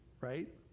right